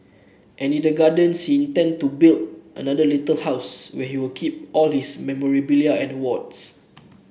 and in that garden he intend to build another little house where he'll keep all his memorabilia and awards